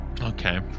Okay